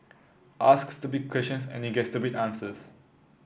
ask stupid questions and you get stupid answers